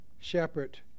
shepherd